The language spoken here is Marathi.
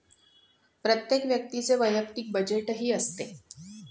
प्रत्येक व्यक्तीचे वैयक्तिक बजेटही असते